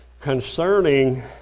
concerning